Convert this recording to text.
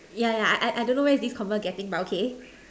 yeah yeah I I I don't know where's this convo getting but okay